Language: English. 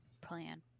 plan